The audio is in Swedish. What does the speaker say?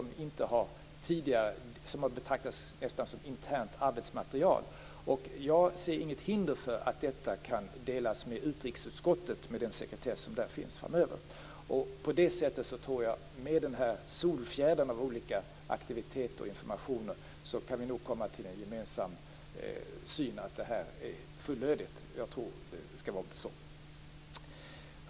Den har tidigare nästan betraktats som internt arbetsmaterial. Jag ser inget hinder för att detta kan delas med utrikesutskottet framöver med den sekretess som finns där. Med denna solfjäder av olika aktiviteter och informationer tror jag nog att vi kan komma till en gemensam syn att det här är fullödigt. Jag tror att det är så.